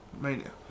Mania